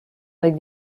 avec